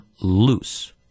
loose